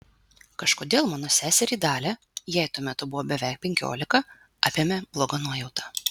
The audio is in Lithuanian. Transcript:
kažkodėl mano seserį dalią jai tuo metu buvo beveik penkiolika apėmė bloga nuojauta